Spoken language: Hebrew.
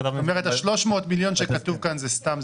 זאת אומרת ה-300 מיליון שכתוב כאן זה סתם,